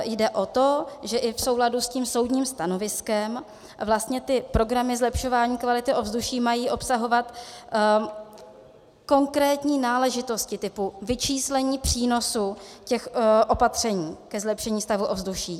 Nyní jde o to, že i v souladu s tím soudním stanoviskem vlastně ty programy zlepšování kvality ovzduší mají obsahovat konkrétní náležitosti typu vyčíslení přínosů těch opatření ke zlepšení stavu ovzduší.